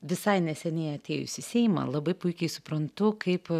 visai neseniai atėjus seimą labai puikiai suprantu kaip